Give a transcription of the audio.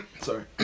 sorry